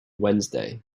wednesday